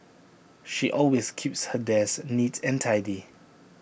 she always keeps her desk neat and tidy